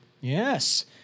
Yes